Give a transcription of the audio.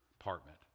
apartment